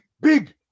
big